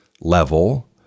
level